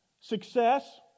Success